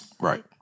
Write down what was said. Right